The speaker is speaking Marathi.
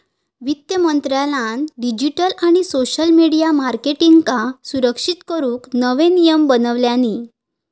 वित्त मंत्रालयान डिजीटल आणि सोशल मिडीया मार्केटींगका सुरक्षित करूक नवे नियम बनवल्यानी